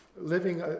Living